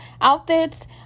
outfits